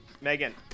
Megan